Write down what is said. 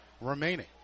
remaining